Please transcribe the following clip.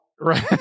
Right